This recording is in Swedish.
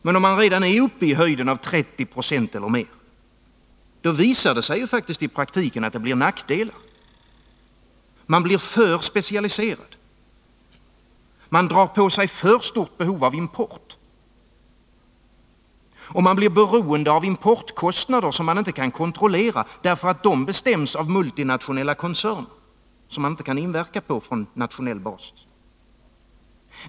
Men om man redan är uppe i 30 26 eller mer blir det faktiskt i praktiken nackdelar. Man blir för specialiserad. Man drar på sig för stort behov av import. Och man blir beroende av importkostnader, som man inte kan kontrollera därför att de bestäms av multinationella koncerner som man inte kan påverka från nationell basis.